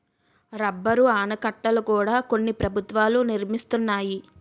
rubber ఆనకట్టల కూడా కొన్ని ప్రభుత్వాలు నిర్మిస్తున్నాయి